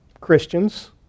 Christians